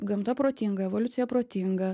gamta protinga evoliucija protinga